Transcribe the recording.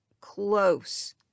close